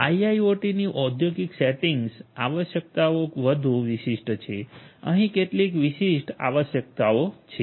આઇઆઇઓટીની ઔદ્યોગિક સેટિંગ્સ આવશ્યકતાઓ વધુ વિશિષ્ટ છે અહીં કેટલીક વિશિષ્ટ આવશ્યકતાઓ છે